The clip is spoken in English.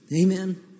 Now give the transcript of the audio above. Amen